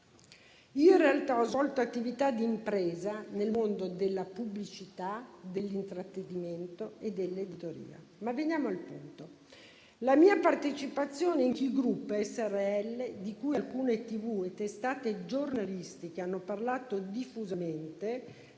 In realtà, ho svolto attività d'impresa nel mondo della pubblicità, dell'intrattenimento e dell'editoria. Venendo al punto, la mia partecipazione in Ki Group Srl, di cui alcune televisioni e testate giornalistiche hanno parlato diffusamente,